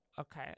okay